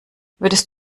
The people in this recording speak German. würdest